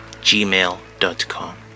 gmail.com